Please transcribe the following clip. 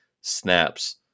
snaps